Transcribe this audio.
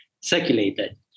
circulated